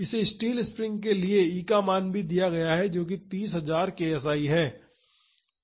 इसे steel spring के लिए e मान भी दिया गया है जो कि 30000 ksi है